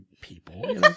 people